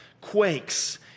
quakes